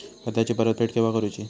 कर्जाची परत फेड केव्हा करुची?